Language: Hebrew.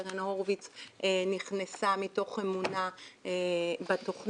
קרן הורביץ נכנסה מתוך אמונה בתכנית